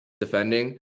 defending